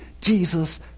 Jesus